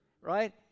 right